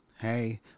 Hey